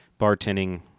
bartending